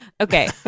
Okay